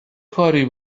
کاری